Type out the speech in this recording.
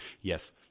Yes